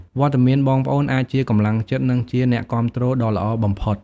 វត្តមានបងប្អូនអាចជាកម្លាំងចិត្ត និងជាអ្នកគាំទ្រដ៏ល្អបំផុត។